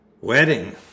Wedding